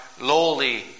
lowly